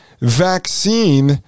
vaccine